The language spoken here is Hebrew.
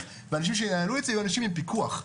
ואנשים שינהלו את זה יהיו אנשים עם פיקוח.